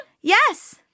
Yes